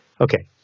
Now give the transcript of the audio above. okay